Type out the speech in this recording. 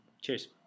Cheers